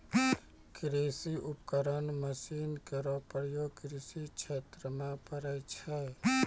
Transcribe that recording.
कृषि उपकरण मसीन केरो प्रयोग कृषि क्षेत्र म पड़ै छै